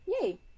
Yay